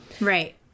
Right